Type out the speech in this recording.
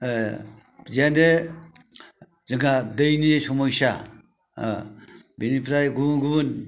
जोंहा दैनि समस्या बेनिफ्राय गुबुन गुबुन